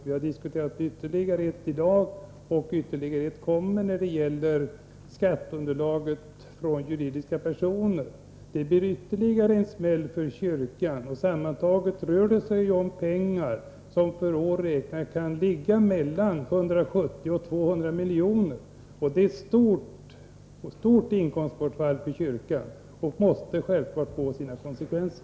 Vi har diskuterat ett annat tidigare i dag och ytterligare ett kommer. Det gäller skatteunderlaget från juridiska personer, och det blir ytterligare en smäll för kyrkan. Sammantaget rör det sig om summor som per år räknat kan ligga mellan 170 milj.kr. och 200 milj.kr. Det är ett stort inkomstbortfall för kyrkan, vilket självfallet måste få konsekvenser.